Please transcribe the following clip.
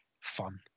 fun